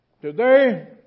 Today